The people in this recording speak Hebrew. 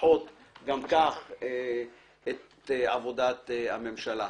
את עבודת הממשלה.